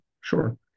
Sure